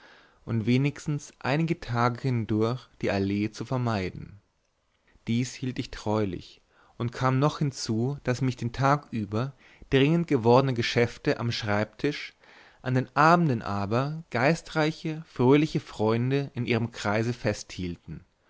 und wenigstens einige tage hindurch die allee zu vermeiden dies hielt ich treulich und kam noch hinzu daß mich den tag über dringend gewordene geschäfte am schreibtisch an den abenden aber geistreiche fröhliche freunde in ihrem kreise festhielten